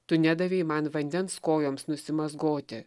tu nedavei man vandens kojoms nusimazgoti